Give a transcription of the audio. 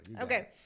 Okay